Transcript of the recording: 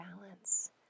balance